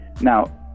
now